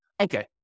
Okay